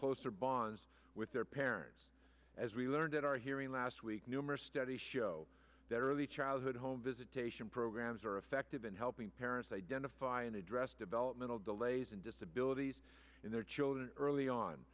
closer by on with their parents as we learned at our hearing last week numerous studies show that early childhood home visitation programs are effective in helping parents identify and address developmental delays and disabilities in their children early on